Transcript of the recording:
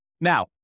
Now